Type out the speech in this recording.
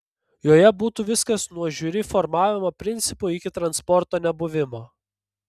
joje būtų viskas nuo žiuri formavimo principų iki transporto nebuvimo